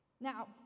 now